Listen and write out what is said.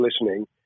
listening